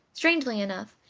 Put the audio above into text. strangely enough,